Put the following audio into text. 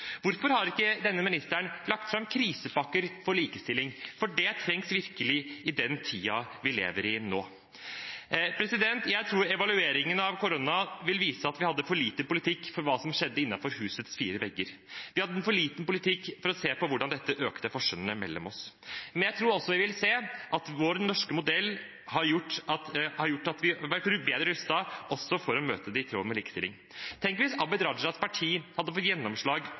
Hvorfor har ikke denne ministeren lagt fram krisepakker for likestilling? Det trengs virkelig i den tiden vi lever i nå. Jeg tror at evalueringen av koronasituasjonen vil vise at vi hadde for lite politikk for det som skjedde innenfor husets fire vegger, og at vi hadde for lite politikk for å se hvordan dette økte forskjellene mellom oss. Men jeg tror også at vi vil se at vår norske modell har gjort at vi har vært bedre rustet til å møte dette på en måte som har vært mer i tråd med likestilling. Tenk hvis Abid Q. Rajas parti hadde fått gjennomslag